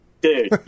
dude